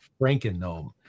Franken-Gnome